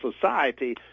society